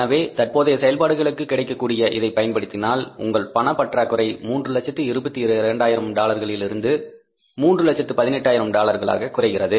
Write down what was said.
எனவே தற்போதைய செயல்பாடுகளுக்கு கிடைக்கக்கூடிய இதைப் பயன்படுத்தினால் உங்கள் பணப் பற்றாக்குறை 322000 டாலரிலிருந்து 318000 டாலர்களாகக் குறைகிறது